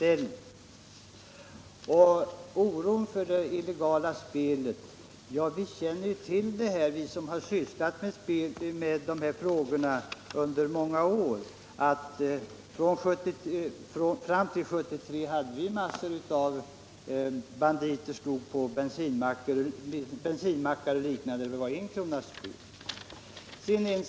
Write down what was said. När det gäller oron för det illegala spelet kan jag säga att vi som har sysslat med de här frågorna under många år känner till att det fram till 1973 fanns en mängd banditer på bensinmackar och liknande och det var enkronasspel.